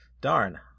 Darn